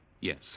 Yes